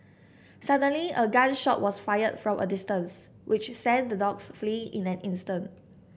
suddenly a gun shot was fired from a distance which sent the dogs fleeing in an instant